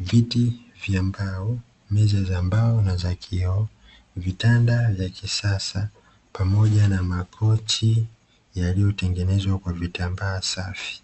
viti vya mbao, meza za mbao na za kioo, vitanda vya kisasa pamoja na makochi yaliotengenezwa kwa vitambaa safi.